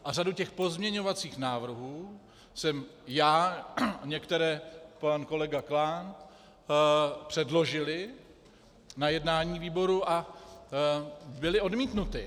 A řadu těch pozměňovacích návrhů jsme já a některé pan kolega Klán předložili na jednání výboru a byly odmítnuty.